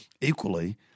equally